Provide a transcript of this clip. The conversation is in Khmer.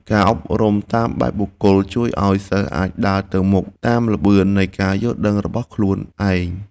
ការអប់រំតាមបែបបុគ្គលជួយឱ្យសិស្សអាចដើរទៅមុខតាមល្បឿននៃការយល់ដឹងរបស់ខ្លួនឯង។